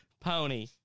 Pony